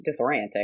disorienting